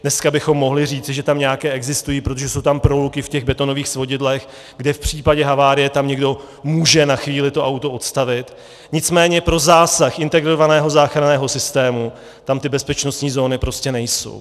Dneska bychom mohli říci, že tam nějaké existují, protože jsou tam v těch betonových svodidlech proluky, kde v případě havárie tam někdo může na chvíli to auto odstavit, nicméně pro zásah integrovaného záchranného systému tam ty bezpečnostní zóny prostě nejsou.